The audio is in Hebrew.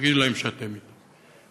תגידו להם שאתם אתם.